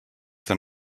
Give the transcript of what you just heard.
than